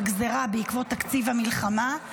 גזרה בעקבות תקציב המלחמה,